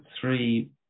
three